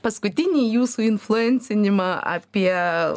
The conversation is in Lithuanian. paskutinį jūsų influencinimą apie